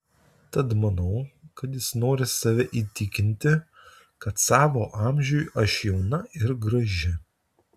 tad manau kad jis nori save įtikinti kad savo amžiui aš jauna ir graži